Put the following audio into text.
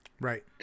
Right